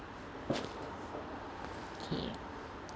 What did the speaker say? K